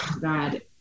God